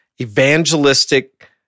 evangelistic